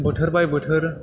बोथोर बाय बोथोर